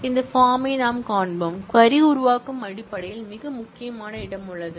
அந்த பார்ம் ஐ நாம் காண்போம் க்வரி உருவாக்கம் அடிப்படையில் மிக முக்கியமான இடம் உள்ளது